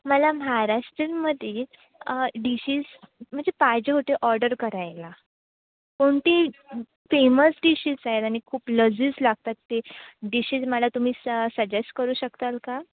मला महाराष्ट्रीयनमध्ये डिशेस म्हणजे पाहिजे होते ऑडर करायला कोणती फेमस डिशेस आहेत आणि खूप लजीज लागतात ते डिशेस मला तुम्ही स सजेस्ट करू शकतात का